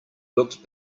looked